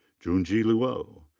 junjie luo.